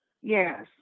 yes